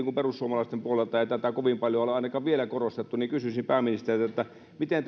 kun perussuomalaisten puolelta ei tätä kovin paljon ole aikanaan vielä korostettu kysyisin pääministeriltä miten